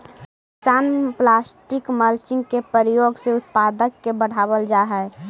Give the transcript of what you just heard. किसान plastic mulching के प्रयोग से उत्पादक के बढ़ावल जा हई